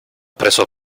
preso